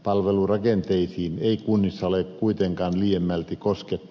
palvelurakenteisiin ei kunnissa ole kuitenkaan liiemmälti koskettu